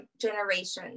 generations